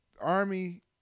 Army